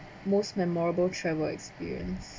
most memorable travel experience